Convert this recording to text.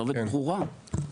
הכתובת ברורה.